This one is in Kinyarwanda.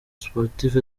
sportif